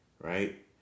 right